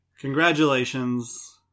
Congratulations